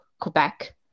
Quebec